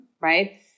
right